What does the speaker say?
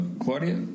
Claudia